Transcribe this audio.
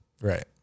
Right